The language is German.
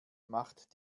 macht